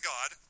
God